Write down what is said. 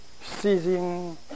seizing